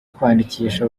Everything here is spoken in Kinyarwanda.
kwandikisha